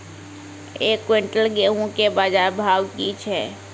एक क्विंटल गेहूँ के बाजार भाव की छ?